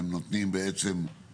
הם נותנים בסיס,